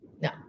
no